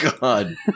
god